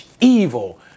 evil